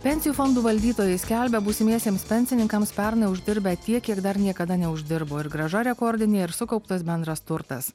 pensijų fondų valdytojai skelbia būsimiesiems pensininkams pernai uždirbę tiek kiek dar niekada neuždirbo ir grąža rekordinė ir sukauptas bendras turtas